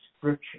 scripture